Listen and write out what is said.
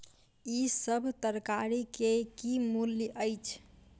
ई सभ तरकारी के की मूल्य अछि?